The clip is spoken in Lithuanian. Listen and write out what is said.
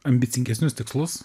ambicingesnius tikslus